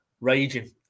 raging